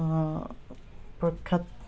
প্ৰখ্যাত